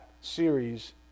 series